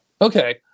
Okay